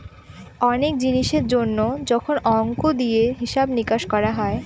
অনেক জিনিসের জন্য যখন অংক দিয়ে হিসাব নিকাশ করা হয়